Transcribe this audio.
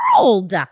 world